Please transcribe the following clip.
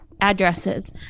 addresses